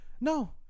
No